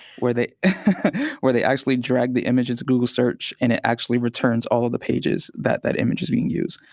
where they where they actually drag the image into google search and it actually returns all of the pages that that image is being used.